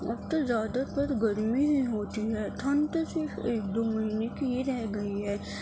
اب تو زیادہ تر گرمی ہی ہوتی ہے ٹھنڈ تو صرف ایک دو مہینے کی ہی رہ گئی ہے